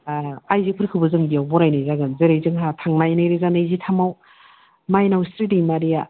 आइजोफोरखौबो जों बेयाव बरायनाय जागोन जेरै जोंहा थांनाय नैरोजा नैजिथामआव माइनावस्रि दैमारिया